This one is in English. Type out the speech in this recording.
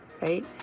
right